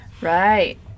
right